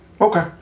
Okay